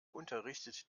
unterrichtet